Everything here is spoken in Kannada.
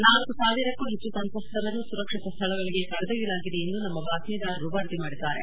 ನಾಲ್ಕು ಸಾವಿರಕ್ಕೂ ಹೆಚ್ಚು ಸಂತ್ರಸ್ತರನ್ನು ಸುರಕ್ಷಿತ ಸ್ಥಳಗಳಗೆ ಕರೆದೊಯ್ಯಲಾಗಿದೆ ಎಂದು ನಮ್ನ ಬಾತ್ಸೀದಾರರು ವರದಿ ಮಾಡಿದ್ದಾರೆ